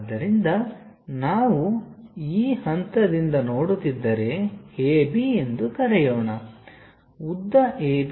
ಆದ್ದರಿಂದ ನಾವು ಈ ಹಂತದಿಂದ ನೋಡುತ್ತಿದ್ದರೆ AB ಎಂದು ಕರೆಯೋಣ ಉದ್ದ AB ಅನ್ನು W ಎಂದು ಹೇಳೋಣ